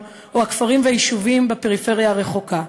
או הכפרים והיישובים בפריפריה הרחוקה.